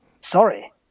Sorry